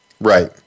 Right